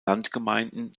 landgemeinden